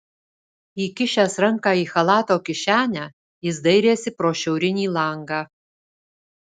įkišęs ranką į chalato kišenę jis dairėsi pro šiaurinį langą